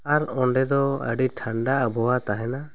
ᱟᱨ ᱚᱸᱰᱮ ᱫᱚ ᱟᱹᱰᱤ ᱴᱷᱟᱱᱰᱟ ᱟᱵᱚᱣᱟᱜ ᱛᱟᱦᱮᱱᱟ